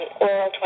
oral